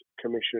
Commission